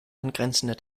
angrenzende